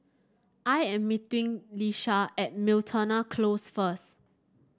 I am meeting Ieshia at Miltonia Close first